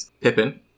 Pippin